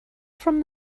from